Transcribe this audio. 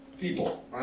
people